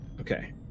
Okay